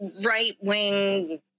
right-wing